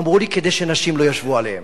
אמרו לי: כדי שנשים לא ישבו עליהם.